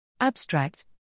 Abstract